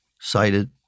cited